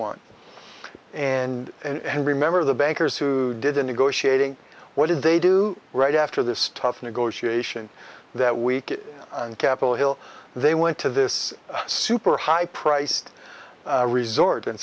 want and and remember the bankers who did a negotiating what did they do right after this tough negotiation that week on capitol hill they went to this super high priced resort and